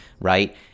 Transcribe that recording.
right